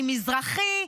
אני מזרחי,